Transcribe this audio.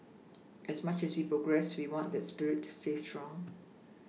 as much as we progress we want that spirit to stay strong